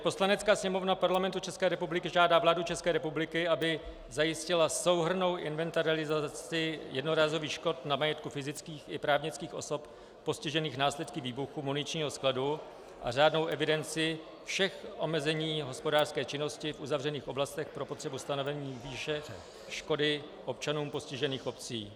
Poslanecká sněmovna Parlamentu České republiky žádá vládu České republiky, aby zajistila souhrnnou inventarizaci jednorázových škod na majetku fyzických i právnických osob postižených následky výbuchu muničního skladu a řádnou evidenci všech omezení hospodářské činnosti v uzavřených oblastech pro potřebu stanovení výše škody občanům postižených obcí.